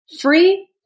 free